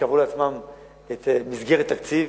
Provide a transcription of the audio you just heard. וקבעו לעצמן מסגרת תקציב,